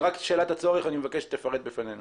תפרט בפנינו